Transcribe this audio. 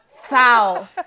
Foul